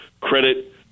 credit